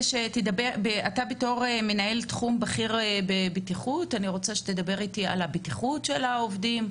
בתור מנהל תחום בכיר בטיחות אני רוצה שתדבר איתי על הבטיחות של העובדים.